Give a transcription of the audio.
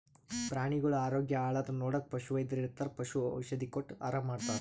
ಪ್ರಾಣಿಗಳ್ ಆರೋಗ್ಯ ಹಾಳಾದ್ರ್ ನೋಡಕ್ಕ್ ಪಶುವೈದ್ಯರ್ ಇರ್ತರ್ ಪಶು ಔಷಧಿ ಕೊಟ್ಟ್ ಆರಾಮ್ ಮಾಡ್ತರ್